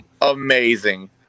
Amazing